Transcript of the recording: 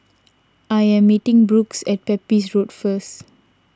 I am meeting Brooks at Pepys Road first